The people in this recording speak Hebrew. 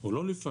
או לא לפעמים,